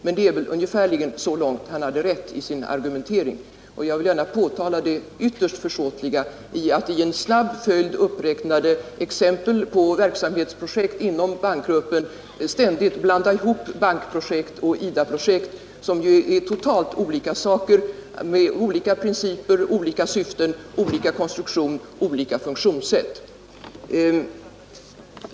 Men det är väl ungefär så långt han hade rätt i sin argumentering. Jag vill gärna påtala det ytterst försåtliga i att i snabbt uppräknade exempel på verksamhetsprojekt inom bankgruppen ständigt blanda ihop bankprojekt och IDA-projekt, som ju är totalt olika saker med olika principer, olika syften, olika konstruktion och olika funktionssätt.